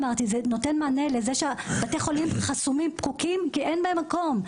זה נותן מענה לכך שבתי החולים חסומים ופקוקים כי אין בהם מקום.